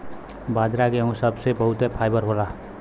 बाजरा गेहूं सब मे बहुते फाइबर होला